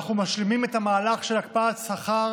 אנחנו משלימים את המהלך של הקפאת שכר